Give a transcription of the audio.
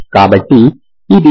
కాబట్టి ఇది నిజానికి tan μμ